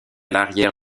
l’arrière